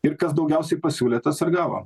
ir kas daugiausiai pasiūlė tas ir gavo